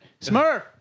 Smurf